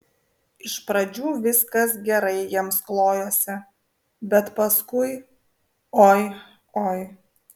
iš pradžių viskas gerai jiems klojosi bet paskui oi oi